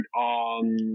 on